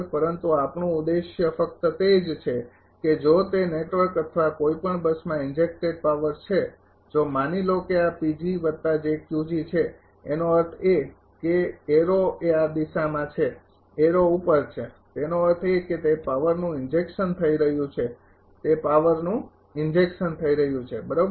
પરંતુ આપણું ઉદ્દેશ્ય ફક્ત તે જ છે કે જો તે નેટવર્ક અથવા કોઈપણ બસમાં ઈંજેકટેડ પાવર છે જો માની લો કે આ છે એનો અર્થ એ કે એરો એ આ દિશામાં છે એરો ઉપર છે તેનો અર્થ એ કે તે પાવરનું ઈંજેકશન થઈ રહ્યું છે તે પાવરનું ઈંજેકશન થઈ રહ્યું છે બરાબર